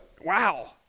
Wow